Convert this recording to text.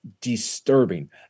disturbing